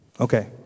Okay